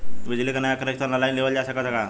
बिजली क नया कनेक्शन ऑनलाइन लेवल जा सकत ह का?